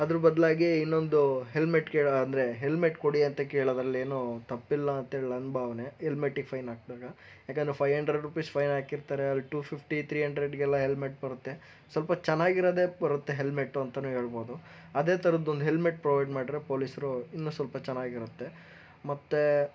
ಅದರ ಬದಲಾಗಿ ಇನ್ನೊಂದು ಹೆಲ್ಮೆಟ್ ಕೇಳೋ ಅಂದರೆ ಹೆಲ್ಮೆಟ್ ಕೊಡಿ ಅಂತ ಕೇಳೋದ್ರಲ್ಲೇನು ತಪ್ಪಿಲ್ಲ ಅಂಥೇಳಿ ನನ್ನ ಭಾವನೆ ಹೆಲ್ಮೆಟಿಗೆ ಫೈನ್ ಹಾಕಿದಾಗ ಏಕೆಂದ್ರೆ ಫೈವ್ ಹಂಡ್ರೆಡ್ ರೂಪೀಸ್ ಫೈನ್ ಹಾಕಿರ್ತಾರೆ ಅಲ್ಲಿ ಟು ಫಿಫ್ಟಿ ತ್ರೀ ಹಂಡ್ರೆಡ್ಗೆಲ್ಲ ಹೆಲ್ಮೆಟ್ ಬರುತ್ತೆ ಸ್ವಲ್ಪ ಚೆನ್ನಾಗಿರೋದೆ ಬರುತ್ತೆ ಹೆಲ್ಮೆಟು ಅಂತಲೇ ಹೇಳ್ಬಹುದು ಅದೇ ಥರದ್ದು ಒಂದು ಹೆಲ್ಮೆಟ್ ಪ್ರೊವೈಡ್ ಮಾಡಿದ್ರೆ ಪೋಲಿಸ್ರು ಇನ್ನೂ ಸ್ವಲ್ಪ ಚೆನ್ನಾಗಿರುತ್ತೆ ಮತ್ತೆ